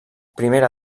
primera